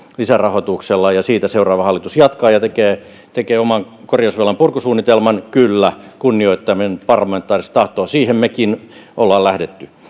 lisärahoituksella ja ja siitä seuraava hallitus jatkaa ja tekee tekee oman korjausvelan purkusuunnitelman kyllä kunnioittaen parlamentaarista tahtoa siitä mekin olemme